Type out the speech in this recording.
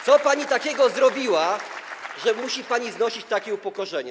Co pani takiego zrobiła, że musi pani znosić takie upokorzenia?